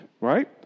right